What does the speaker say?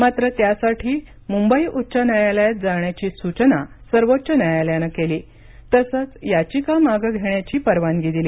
मात्र त्यासाठी मुंबई उच्च न्यायालयात जाण्याची सूचना सर्वोच्च न्यायालयानं केली तसंच याचिका मागे घेण्याची परवानगी दिली